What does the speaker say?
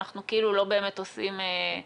אנחנו כאילו לא באמת עושים משהו.